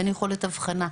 אין יכולת הבחנה.